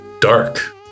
dark